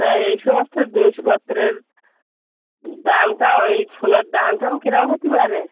তা এই সমস্ত জিনিসপত্রের দামটা ওই সোনার দাম টাম কীরম কি হতে পারে